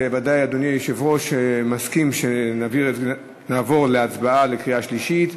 ודאי אדוני היושב-ראש מסכים שנעבור להצבעה בקריאה שלישית.